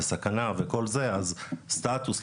סכנה וכל זה סטטוס,